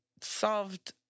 solved